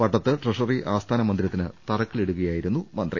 പട്ടത്ത് treasury ആസ്ഥാന മന്ദിര ത്തിന് തറക്കല്ലിടുകയായിരുന്നു മന്ത്രി